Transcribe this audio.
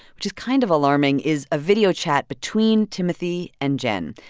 which is kind of alarming, is a video chat between timothy and jen.